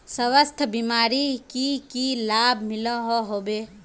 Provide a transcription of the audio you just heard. स्वास्थ्य बीमार की की लाभ मिलोहो होबे?